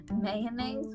mayonnaise